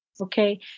okay